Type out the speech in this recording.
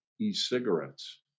e-cigarettes